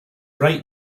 write